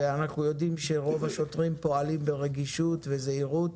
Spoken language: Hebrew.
ואנחנו יודעים שרוב השוטרים פועלים ברגישות ובזהירות